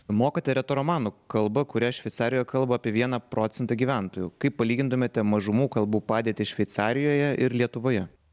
mokate retoromanų kalba kurią šveicarijoje kalba apie vieną procentą gyventojų kaip palygintumėte mažumų kalbų padėtį šveicarijoje ir lietuvoje